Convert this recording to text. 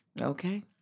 okay